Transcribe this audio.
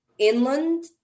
Inland